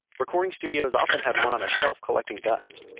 recording studios often had one on a shelf collecting dust,